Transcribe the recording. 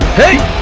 hey!